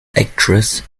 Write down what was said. actress